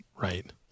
right